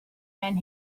and